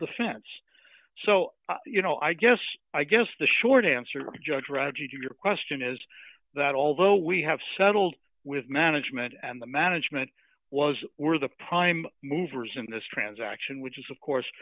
defense so you know i guess i guess the short answer judge reggie to your question is that although we have settled with management and the management was were the prime movers in this transaction which is of course